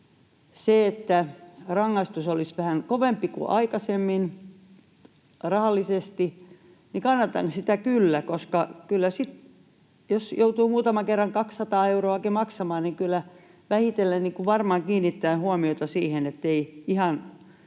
Sitä, että rangaistus olisi vähän kovempi kuin aikaisemmin rahallisesti, kannatan kyllä, koska jos joutuu muutaman kerran 200 euroakin maksamaan, niin kyllä vähitellen varmaan kiinnittää huomiota siihen, ettei ihan